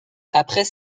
après